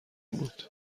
بود